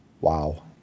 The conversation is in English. wow